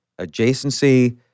adjacency